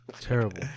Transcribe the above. Terrible